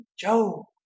Joe